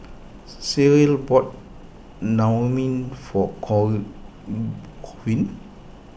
Cyril bought Naengmyeon for core queen